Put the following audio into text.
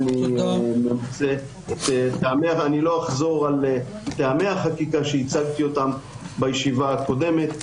לא אחזור על טעמי החקיקה שהצגתי בישיבה הקודמת.